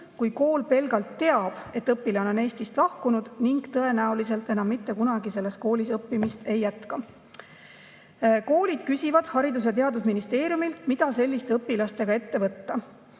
kui kool pelgalt teab, et õpilane on Eestist lahkunud ning tõenäoliselt enam mitte kunagi selles koolis õppimist ei jätka. Koolid küsivad Haridus‑ ja Teadusministeeriumilt, mida selliste õpilastega ette võtta.